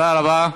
תודה רבה.